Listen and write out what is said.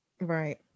right